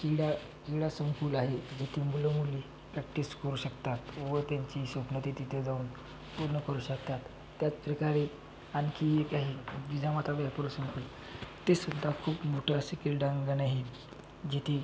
कीडा क्रीडा संकुल आहे जे की मुलं मुली प्रॅक्टिस करू शकतात व त्यांची स्वप्नं ते तिथे जाऊन पूर्ण करू शकतात त्याच प्रकारे आणखी एक आहे जिजामाता व्यापारी संकुल ते सुद्धा खूप मोठं असे क्रीडांगण आहे जे ती